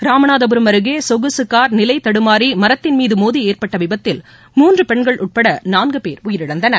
ராமநாதபுரம் அருகே சொகுசுகார் நிலை தடுமாறு மரத்தின் மீது மோதி ஏற்பட்ட விபத்தில் மூன்று பெண்கள் உட்பட நான்கு பேர் உயிரிழந்தன்